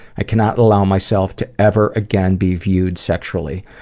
i cannot allow myself to ever again be viewed sexually.